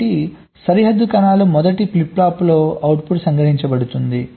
కాబట్టి సరిహద్దు కణాల మొదటి ఫ్లిప్ ఫ్లాప్లో అవుట్పుట్ సంగ్రహించబడుతుంది